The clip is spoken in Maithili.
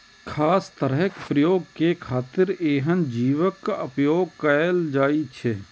खास तरहक प्रयोग के खातिर एहन जीवक उपोयग कैल जाइ छै